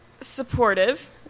supportive